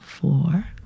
four